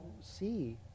see